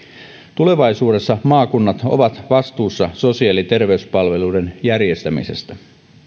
tulevaisuudessa maakunnat ovat vastuussa sosiaali ja terveyspalveluiden järjestämisestä